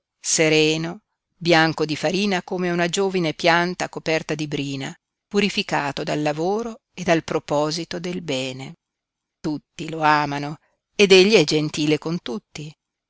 sereno bianco di farina come una giovine pianta coperta di brina purificato dal lavoro e dal proposito del bene tutti lo amano ed egli è gentile con tutti